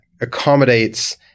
accommodates